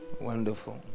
Wonderful